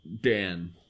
Dan